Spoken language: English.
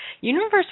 universe